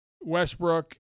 Westbrook